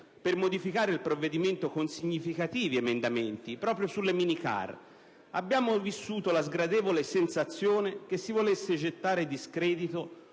per modificare il provvedimento con significativi emendamenti proprio sul tema delle minicar, abbiamo vissuto la sgradevole sensazione che si volesse gettare discredito